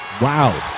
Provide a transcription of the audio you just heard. Wow